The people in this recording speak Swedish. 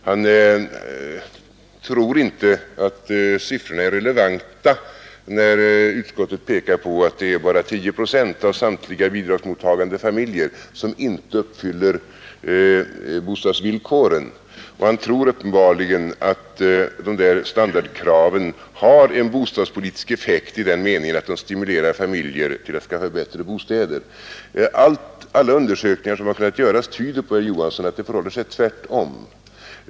Han tror inte att siffrorna är relevanta, när utskottet pekar på att det bara är 10 procent av samtliga bidragsmottagande familjer som inte uppfyller bostadsvillkoren, och han tror uppenbarligen att standardkravet har en bostadspolitisk effekt i den meningen att det stimulerar familjer till att skaffa bättre bostäder. Alla undersökningar som kunnat göras tyder, herr Johansson, på att det förhåller sig tvärtom.